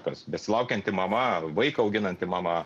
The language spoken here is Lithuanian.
kas besilaukianti mama vaiką auginanti mama